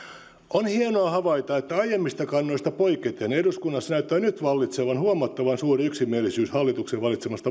on hienoa havaita että aiemmista kannoista poiketen eduskunnassa näyttää nyt vallitsevan huomattavan suuri yksimielisyys hallituksen valitsemasta